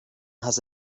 has